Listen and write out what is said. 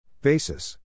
Basis